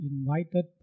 invited